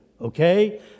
Okay